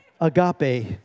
agape